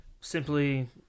simply